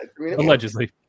Allegedly